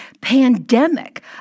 pandemic